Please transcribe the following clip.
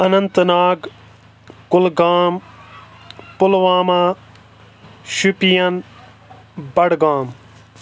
Anant Nag Kulgam Pulwama Shopian Budgam